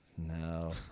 no